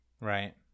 right